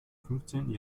fünfzehnten